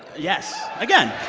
yes. again.